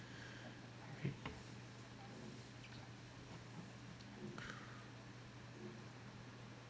okay